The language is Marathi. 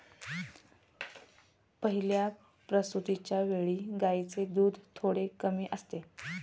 पहिल्या प्रसूतिच्या वेळी गायींचे दूध थोडे कमी असते